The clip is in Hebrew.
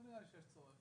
לא נראה לי שיש צורך.